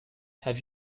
have